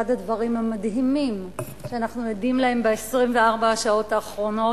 אחד הדברים המדהימים שאנחנו עדים להם ב-24 השעות האחרונות,